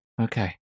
Okay